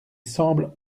semble